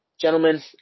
gentlemen